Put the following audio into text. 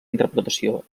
interpretació